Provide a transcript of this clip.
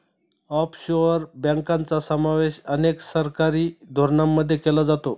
offshore बँकांचा समावेश अनेक सरकारी धोरणांमध्ये केला जातो